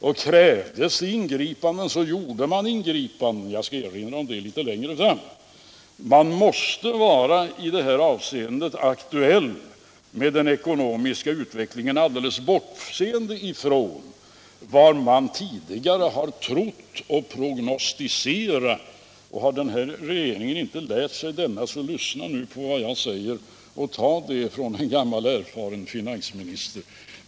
Och krävdes det ingripanden, så gjorde man ingripanden — jag skall erinra om det längre fram. Man måste vara aktuell med den ekonomiska utvecklingen, alldeles bortsett från vad man tidigare har trott och prognostiserat. Och har den här regeringen inte lärt sig detta, så lyssna nu på vad en gammal erfaren finansminister säger.